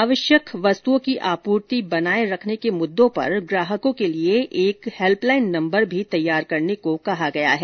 जरूरत की वस्तुओं की आपूर्ति बनाए रखने के मुद्दों पर ग्राहकों के लिए एक हैल्प लाइन नंबर भी तैयार करने को कहा गया है